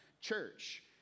church